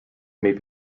may